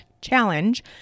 challenge